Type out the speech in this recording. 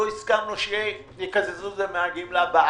לא הסכמנו שיקזזו את זה מהגמלה בארץ.